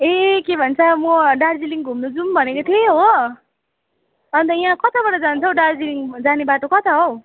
ए के भन्छ म दार्जीलिङ घुम्नु जाउँ भनेको थिएँ हो अन्त यहाँ कताबाट जान्छ हौ दार्जिलिङ जाने बाटो कता हौ